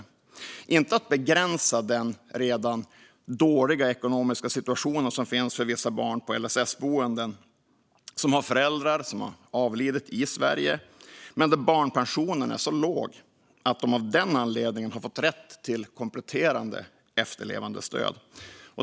Vi vill inte försämra den redan dåliga ekonomiska situation som råder för vissa barn på LSS-boenden som har föräldrar som avlidit i Sverige men där barnpensionen är så låg att de av den anledningen fått rätt till kompletterande efterlevandestöd.